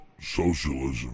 socialism